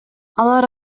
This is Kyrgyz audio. алар